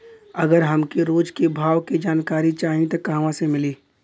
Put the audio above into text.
अगर हमके रोज के भाव के जानकारी चाही त कहवा से मिली?